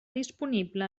disponible